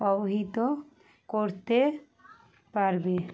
অবহিত করতে পারবে